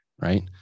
right